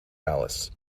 alice